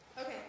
Okay